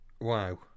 Wow